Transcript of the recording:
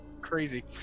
Crazy